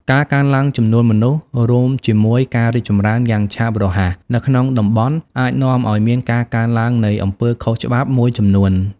ការកើនឡើងចំនួនមនុស្ស រួមជាមួយការរីកចម្រើនយ៉ាងឆាប់រហ័សនៅក្នុងតំបន់ អាចនាំឲ្យមានការកើនឡើងនៃអំពើខុសច្បាប់ មួយចំនួន។